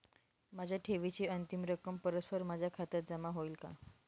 माझ्या ठेवीची अंतिम रक्कम परस्पर माझ्या खात्यात जमा होईल का?